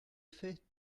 fait